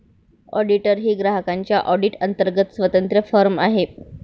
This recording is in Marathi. ऑडिटर ही ग्राहकांच्या ऑडिट अंतर्गत स्वतंत्र फर्म आहे